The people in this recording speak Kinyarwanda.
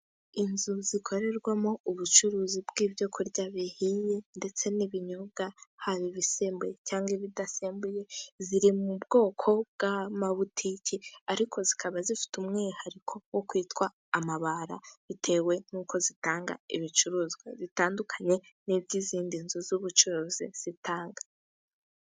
Inzu zikorerwamo ubucuruzi bw'ibyo kurya bihiye ndetse n'ibinyobwa. Haba ibisembuye cyangwa ibidasembuye. Ziri mu bwoko bw'amabutike, ariko zikaba zifite umwihariko wo kwitwa amabara. Bitewe n'uko zitanga ibicuruzwa bitandukanye, n'iby'izindi nzu z'ubucuruzi zitanga.